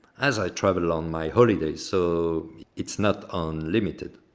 as i travel on my holidays, so it's not unlimited.